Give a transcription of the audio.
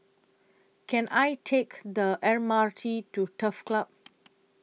Can I Take The M R T to Turf Club